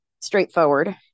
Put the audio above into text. straightforward